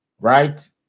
right